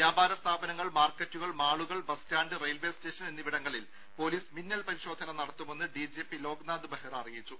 വ്യാപാര സ്ഥാപനങ്ങൾ മാർക്കറ്റുകൾ മാളുകൾ ബസ്റ്റാന്റ് റെയിൽവെ സ്റ്റേഷൻ എന്നിവിടങ്ങളിൽ പോലീസ് മിന്നൽ പരിശോധന നടത്തുമെന്ന് ഡിജിപി ലോക്നാഥ് ബഹ്റ അറിയിച്ചു